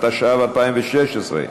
התשע"ו 2016,